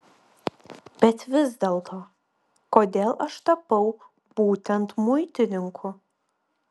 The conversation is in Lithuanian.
bet vis dėlto kodėl aš tapau būtent muitininku